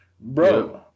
Bro